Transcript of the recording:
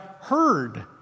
heard